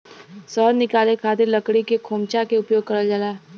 शहद निकाले खातिर लकड़ी के खोमचा के उपयोग करल जाला